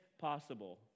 possible